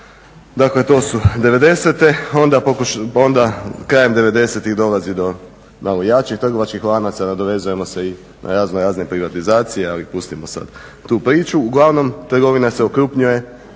Dakle, to su devedesete. Onda krajem devedesetih dolazi do malo jačih trgovačkih lanaca. Nadovezujemo se i na razno razne privatizacije, ali pustimo sad tu priču. Uglavnom trgovina se okrupnjuje,